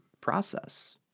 process